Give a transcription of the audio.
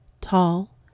tall